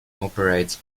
operates